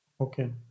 Okay